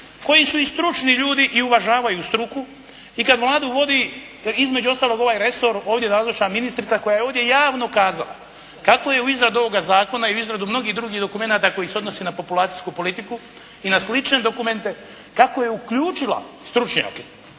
koji su i stručni ljudi i uvažavaju struku i kad Vladu vodi između ostalog ovaj resor, ovdje je nazočna ministrica koja je ovdje javno kazala kako je u izradu ovoga Zakona i izradu mnogih drugih dokumenata koji se odnose na populacijsku politiku i na slične dokumente, kako je uključila stručnjake.